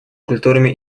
культурами